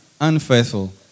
Unfaithful